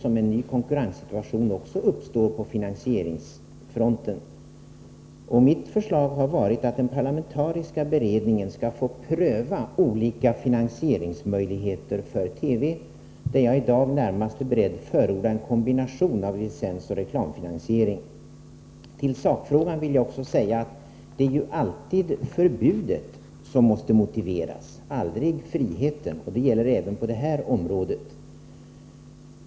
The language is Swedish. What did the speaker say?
Mitt förslag är att den parlamentariska beredningen skall få pröva olika finansieringsmöjligheter för TV, och jag är i dag närmast beredd att förorda en kombination av licensoch reklamfinansiering. Till sakfrågan vill jag också säga att det är alltid förbudet som måste motiveras, aldrig friheten. Det gäller även på det här området.